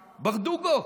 ברדוגו.